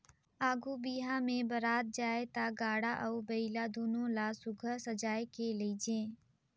आघु बिहा मे बरात जाए ता गाड़ा अउ बइला दुनो ल सुग्घर सजाए के लेइजे